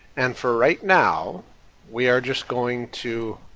and for right now we are just going to